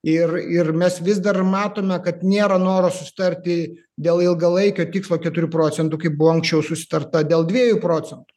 ir ir mes vis dar matome kad nėra noro susitarti dėl ilgalaikio tikslo keturių procentų kaip buvo anksčiau susitarta dėl dviejų procentų